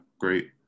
great